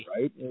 right